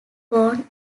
born